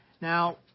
Now